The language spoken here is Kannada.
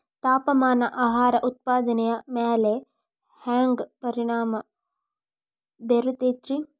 ತಾಪಮಾನ ಆಹಾರ ಉತ್ಪಾದನೆಯ ಮ್ಯಾಲೆ ಹ್ಯಾಂಗ ಪರಿಣಾಮ ಬೇರುತೈತ ರೇ?